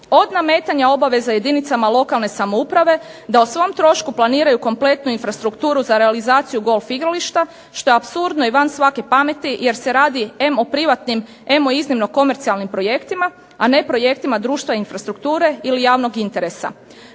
Od nametanje obaveza jedinica lokalne samouprave da o svom trošku planiraju kompletnu infrastrukturu za realizaciju golf igrališta, što je apsurdno i van svake pamet jer se radi em o privatnim, em o iznimno komercijalnim projektima, a ne o projektima društva infrastrukture ili javnog interesa.